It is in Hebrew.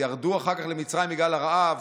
ירדו אחר כך למצרים בגלל הרעב,